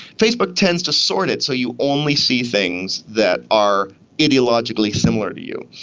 facebook tends to sort it so you only see things that are ideologically similar to you.